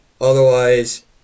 Otherwise